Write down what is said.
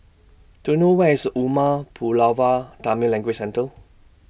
Do YOU know Where IS Umar Pulavar Tamil Language Centre